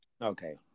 Okay